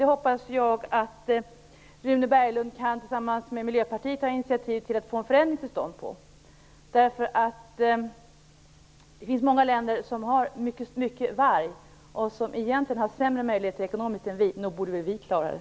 Jag hoppas att Rune Berglund tillsammans med Miljöpartiet kan ta initiativ till att få till stånd en förändring på den punkten. Det finns många länder som har mycket varg och som egentligen har sämre ekonomiska möjligheter än vi. Nog borde väl vi klara det!